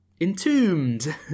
Entombed